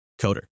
coder